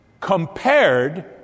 compared